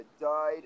died